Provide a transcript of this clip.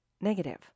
negative